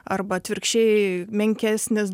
arba atvirkščiai menkesnis